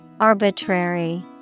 Arbitrary